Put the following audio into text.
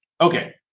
Okay